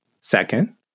Second